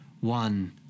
one